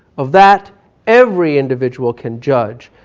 of that every individual can judge,